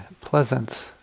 pleasant